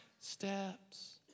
steps